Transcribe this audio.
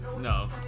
No